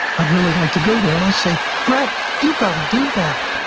i'd really like to go there. and i say, brett, you got to do that.